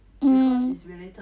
um